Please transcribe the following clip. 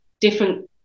different